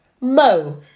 Mo